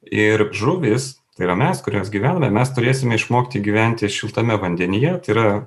ir žuvys tai yra mes kurios gyvename mes turėsime išmokti gyventi šiltame vandenyje tai yra